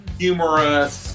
humorous